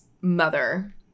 mother